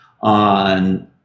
on